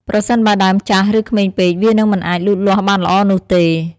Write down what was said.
ប្រសិនបើដើមចាស់ ឬក្មេងពេក វានឹងមិនអាចលូតលាស់បានល្អនោះទេ។